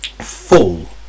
full